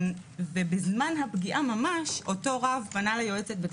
בזמן הפגיעה ממש אותו רב פנה ליועצת בית